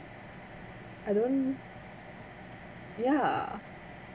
I don't ya